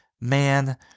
Man